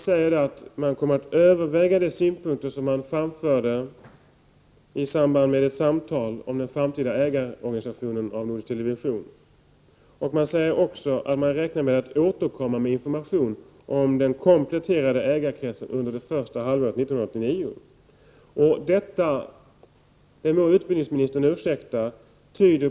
När staten överlämnade ansvaret i januari 1988 förelåg dess värre inte en fullständig ekonomisk bild av verksamheten, utan givna ramar spräcktes tämligen omgående på grund av de nya avtal som kom till stånd inom musikområdet.